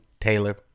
Taylor